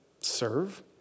serve